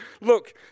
look